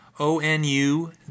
O-N-U